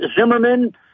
Zimmerman